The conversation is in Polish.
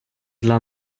dla